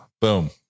Boom